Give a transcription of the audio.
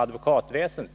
advokatväsendet.